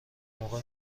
موقع